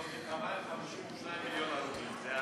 זאת מלחמה עם 52 מיליון הרוגים.